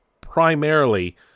primarily